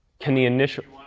can the initial